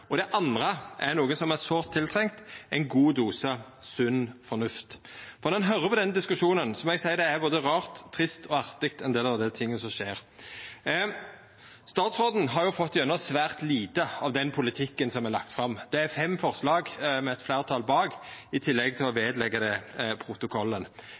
og den andre er noko som er sårt tiltrengt: ein god dose sunn fornuft. Når ein høyrer på denne diskusjonen, må eg seia at ein del av det som skjer, er både rart, trist og artig. Statsråden har fått gjennom svært lite av den politikken som er lagd fram. Det er fem forslag med eit fleirtal bak, i tillegg til det som vert lagt ved protokollen.